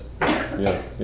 yes